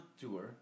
tour